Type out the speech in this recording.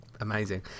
amazing